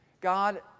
God